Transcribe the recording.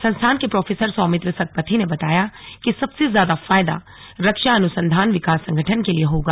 संस्थान के प्रोफेसर सौमित्र सतपथी ने बताया कि सबसे ज्यादा फायदा रक्षा अनुसंधान विकास संगठन के लिए होगा